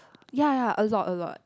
ya ya a lot a lot